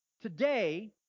Today